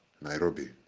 Nairobi